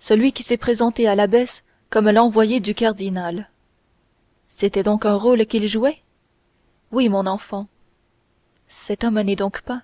celui qui s'est présenté à l'abbesse comme l'envoyé du cardinal c'était donc un rôle qu'il jouait oui mon enfant cet homme n'est donc pas